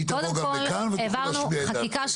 העברנו חקיקה.